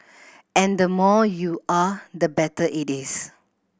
and the more you are the better it is